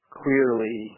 clearly